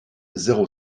zéro